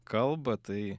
kalbą tai